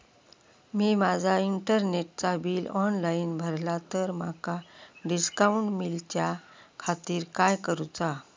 मी माजा इंटरनेटचा bill online भरला तर माका डिस्काउंट मिलाच्या खातीर काय करुचा?